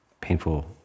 painful